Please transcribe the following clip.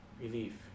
Relief